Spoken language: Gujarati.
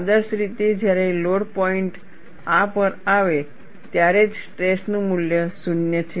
આદર્શરીતે જ્યારે લોડ પોઈન્ટ આ પર આવે ત્યારે જ સ્ટ્રેસ નું મૂલ્ય 0 છે